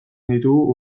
ditugu